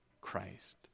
Christ